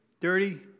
dirty